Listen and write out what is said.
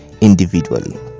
individually